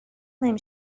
نمی